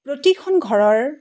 প্ৰতিখন ঘৰৰ